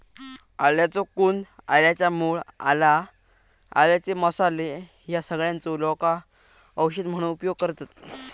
आल्याचो कंद, आल्याच्या मूळ, आला, आल्याचे मसाले ह्या सगळ्यांचो लोका औषध म्हणून उपयोग करतत